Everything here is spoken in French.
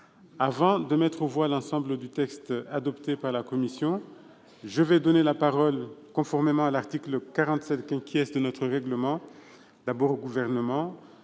Avant de mettre aux voix l'ensemble du texte adopté par la commission, je vais donner la parole, conformément à l'article 47 du règlement, au Gouvernement,